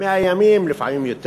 מאה ימים, לפעמים יותר.